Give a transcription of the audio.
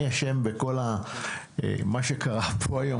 אני אשם בכל מה שקרה פה היום,